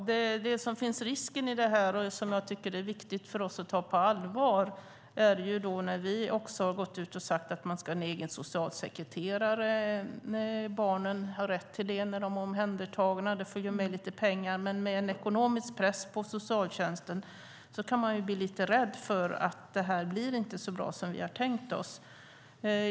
Herr talman! Det finns en risk i detta som jag tycker är viktig för oss att ta på allvar. Vi har sagt att barnen har rätt till en egen socialsekreterare när de är omhändertagna. Det följer med lite pengar, men med en ekonomisk press på socialtjänsten kan man bli lite rädd för att det inte blir så bra som vi har tänkt oss.